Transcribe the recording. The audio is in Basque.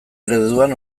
ereduan